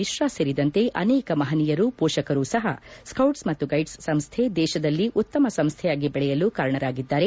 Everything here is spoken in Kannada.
ಮಿಶ್ರಾ ಸೇರಿದಂತೆ ಅನೇಕ ಮಹನೀಯರು ಪೋಷಕರು ಸಹ ಸೌಟ್ಸ್ ಮತ್ತು ಗೈಡ್ಸ್ ಸಂಸ್ಥೆ ದೇಶದಲ್ಲಿ ಉತ್ತಮ ಸಂಸ್ಥೆಯಾಗಿ ಬೆಳೆಯಲು ಕಾರಣರಾಗಿದ್ದಾರೆ